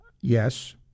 Yes